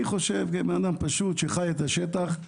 אני אדם פשוט שחי את השטח.